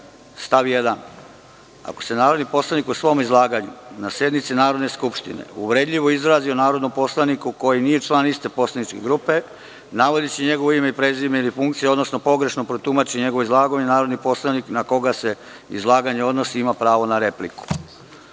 stav 1. – ako se narodni poslanik u svom izlaganju na sednici Narodne skupštine uvredljivo izrazi o narodnom poslaniku koji nije član iste poslaničke grupe, navodeći njegovo ime i prezime i funkciju, odnosno pogrešno protumači njegovo izlaganje, narodni poslanik na koga se izlaganje odnosi, ima pravo na repliku. Jedan